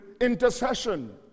intercession